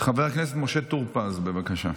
חבר הכנסת משה טור פז, בבקשה.